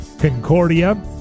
Concordia